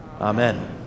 Amen